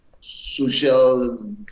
social